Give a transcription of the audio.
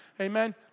Amen